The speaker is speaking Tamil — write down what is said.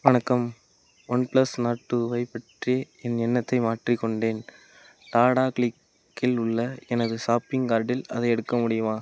வணக்கம் ஒன்ப்ளஸ் நார்ட் டூவை பற்றி என் எண்ணத்தை மாற்றிக்கொண்டேன் டாடா க்ளிக் இல் உள்ள எனது ஷாப்பிங் கார்டில் அதை எடுக்க முடியுமா